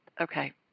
Okay